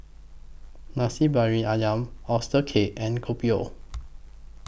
Nasi Briyani Ayam Oyster Cake and Kopi O